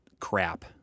crap